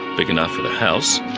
big enough for the house,